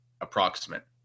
approximate